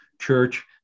church